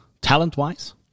talent-wise